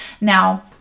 now